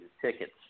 tickets